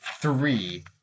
three